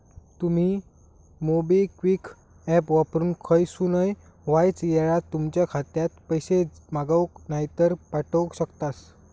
तुमी MobiKwik app वापरून खयसूनय वायच येळात तुमच्या खात्यात पैशे मागवक नायतर पाठवक शकतास